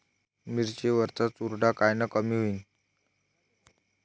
मिरची वरचा चुरडा कायनं कमी होईन?